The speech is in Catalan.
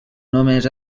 només